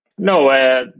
No